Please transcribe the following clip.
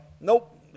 nope